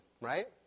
right